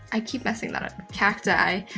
i keep messing that up, cacti,